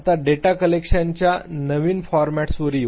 आता डेटा कलेक्शनच्या नवीन फॉरमॅटस वर येऊ